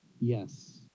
Yes